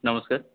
নমস্কার